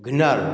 Girnar